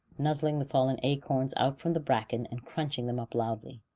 nuzzling the fallen acorns out from the bracken, and crunching them up loudly.